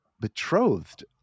betrothed